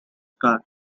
car